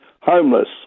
homeless